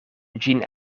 ĝin